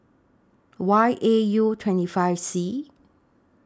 Y A U twenty five C